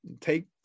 Take